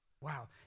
Wow